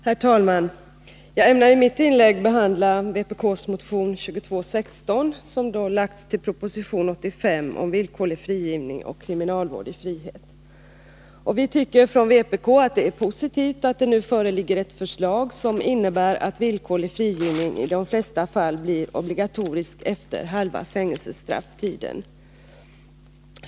Herr talman! Jag ämnar i mitt inlägg behandla vpk:s motion 2216 som väckts med anledning av proposition 85 om villkorlig frigivning och kriminalvård i frihet. Vii vpk tycker att det är positivt att det nu föreligger ett förslag som innebär att villkorlig frigivning blir obligatorisk efter halva fängelsestrafftiden.